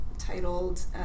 titled